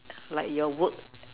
like your work